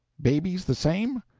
babies the same?